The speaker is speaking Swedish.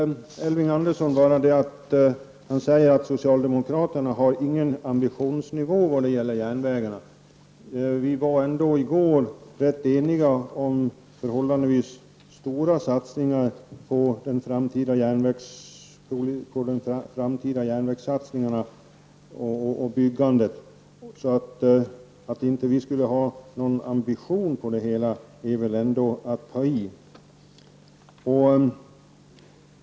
Herr talman! Först några kommentarer till Elving Andersson, när han säger att socialdemokraterna har en låg ambitionsnivå när det gäller järnvägarna. I går var vi ändå rätt eniga om förhållandevis stora satsningar på järnvägsbyggande i framtiden. Att vi inte skulle ha någon ambition är väl ändå att ta i.